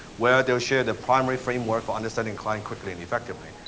where they will share the primary framework for understanding clients quickly and effectively.